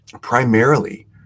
primarily